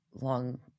long